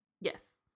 Yes